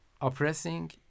oppressing